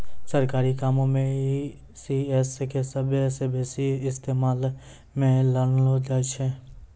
सरकारी कामो मे ई.सी.एस के सभ्भे से बेसी इस्तेमालो मे लानलो जाय छै